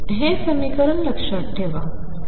हे समीकरण लक्षात ठेवा